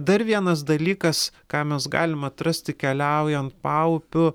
dar vienas dalykas ką mes galim atrasti keliaujant paupiu